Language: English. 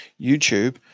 YouTube